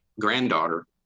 granddaughter